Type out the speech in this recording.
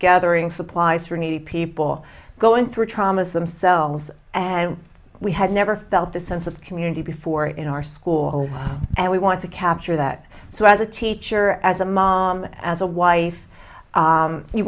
gathering supplies for needy people go in through traumas themselves and we had never felt this sense of community before in our school and we want to capture that so as a teacher as a mom as a wife